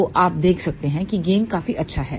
तो आप देख सकते हैं कि गेन काफी अच्छा है